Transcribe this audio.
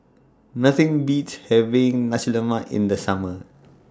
Nothing Beats having Nasi Lemak in The Summer